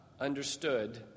understood